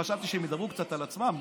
חשבתי שהם ידברו קצת על עצמם,